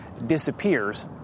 disappears